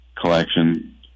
collection